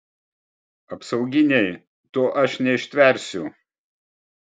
apsauginiai to aš neištversiu